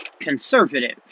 conservative